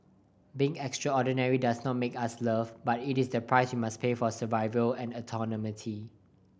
being extraordinary does not make us loved but it is the price we must pay for survival and autonomy